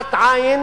העלמת עין